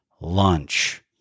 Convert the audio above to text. lunch